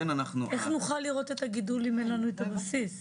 איך נוכל לראות את הגידול אם אין לנו את הבסיס?